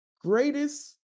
greatest